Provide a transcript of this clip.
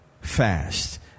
fast